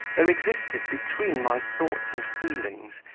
there existed between my thoughts and feelings,